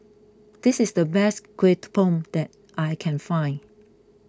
this is the best Bom that I can find